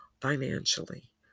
financially